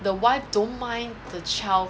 the wife don't mind the child